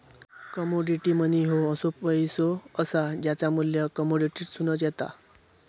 commodity money ह्यो असो पैसो असा ज्याचा मू्ल्य कमोडिटीतसून येता